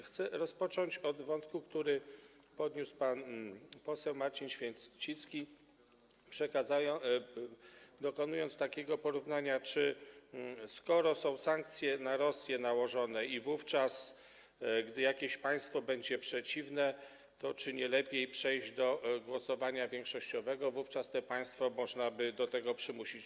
Chcę rozpocząć od wątku, który podniósł pan poseł Marcin Święcicki, dokonując takiego porównania: skoro są sankcje na Rosję nałożone, to wtedy gdy jakieś państwo będzie przeciwne, czy nie lepiej przejść do głosowania większościowego - wówczas to państwo można by do tego przymusić.